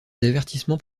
avertissements